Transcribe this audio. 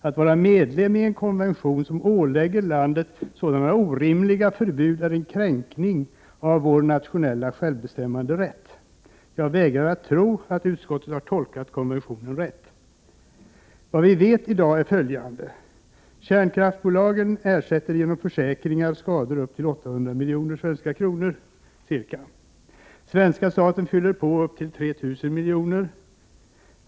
Att vara ansluten till en konvention som ålägger landet sådana orimliga förbud är en kränkning av vår nationella självbestämmanderätt. Jag vägrar att tro att utskottet har tolkat konventionen rätt. Vad vi vet i dag är följande. Kärnkraftsbolagen ersätter genom försäkringar skador upp till ca 800 miljoner svenska kronor. Svenska staten fyller sedan på upp till 3 000 miljoner svenska kronor.